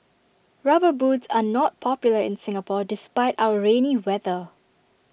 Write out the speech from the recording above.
rubber boots are not popular in Singapore despite our rainy weather